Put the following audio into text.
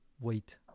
wait